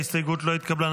ההסתייגות לא התקבלה.